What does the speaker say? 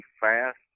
fast